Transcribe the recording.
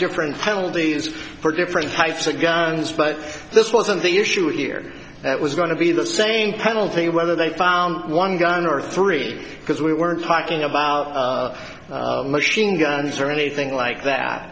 different penalties for different types of guns but this wasn't the issue here that was going to be the same penalty whether they found one gun or three because we were talking about machine guns or anything like that